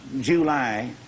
July